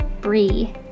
Brie